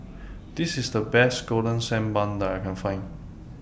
This IS The Best Golden Sand Bun that I Can Find